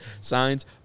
signs